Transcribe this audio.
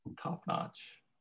top-notch